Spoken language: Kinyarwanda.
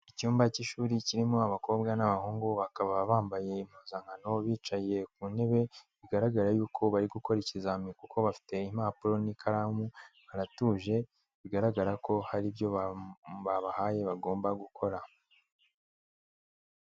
Icyumba cy'ishuri kirimo abakobwa n'abahungu bakaba bambaye impuzankano bicaye ku ntebe, bigaragara yuko bari gukora ikizamini kuko bafite impapuro n'ikaramu, baratuje bigaragara ko hari ibyo babahaye bagomba gukora.